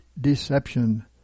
Deception